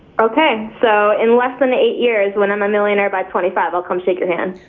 okay so in less than eight years when i'm a millionaire by twenty five, i'll come shake your hand.